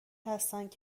هستند